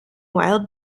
wild